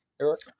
Eric